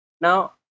Now